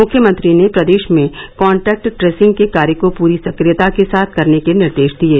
मुख्यमंत्री ने प्रदेश में कांटैक्ट ट्रेसिंग के कार्य को पूरी सक्रियता के साथ करने के निर्देश दिये